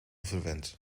verwend